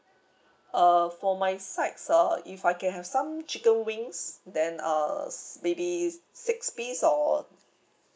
uh for my side so if I can have some chicken wings then uh may be six piece or